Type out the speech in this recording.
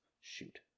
Shoot